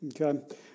Okay